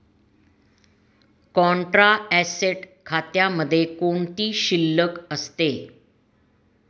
Contra asset खात्यामध्ये कोणती शिल्लक असते?